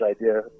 idea